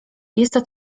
jest